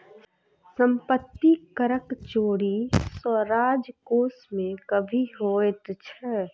सम्पत्ति करक चोरी सॅ राजकोश मे कमी होइत छै